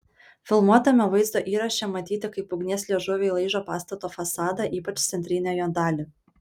filmuotame vaizdo įraše matyti kaip ugnies liežuviai laižo pastato fasadą ypač centrinę jo dalį